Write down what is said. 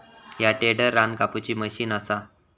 ह्या टेडर रान कापुची मशीन असा